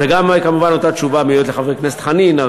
וגם כמובן אותה תשובה מיועדת לחבר הכנסת חנין.